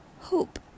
Hope